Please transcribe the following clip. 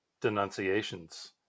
denunciations